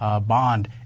bond